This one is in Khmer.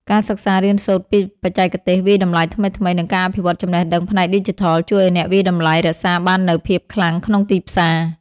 ការសិក្សារៀនសូត្រពីបច្ចេកទេសវាយតម្លៃថ្មីៗ និងការអភិវឌ្ឍចំណេះដឹងផ្នែកឌីជីថល ជួយឱ្យអ្នកវាយតម្លៃរក្សាបាននូវភាពខ្លាំងក្នុងទីផ្សារ។